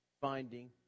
finding